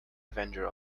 avenger